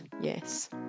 Yes